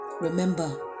Remember